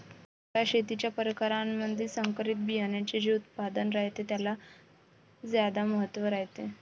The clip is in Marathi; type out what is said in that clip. नव्या शेतीच्या परकारामंधी संकरित बियान्याचे जे उत्पादन रायते त्याले ज्यादा महत्त्व रायते